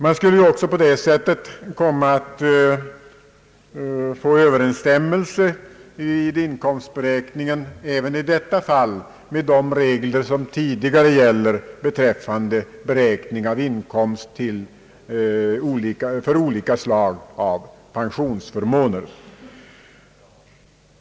Man skulle på det sättet också komma att få överensstämmelse vid inkomstberäkningen i detta fall med de regler som tidigare gäller för beräkning av inkomst av olika slag av pensionsförmåner.